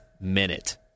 minute